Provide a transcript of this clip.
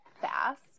fast